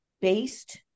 based